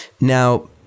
Now